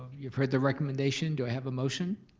you've heard the recommendation, do i have a motion?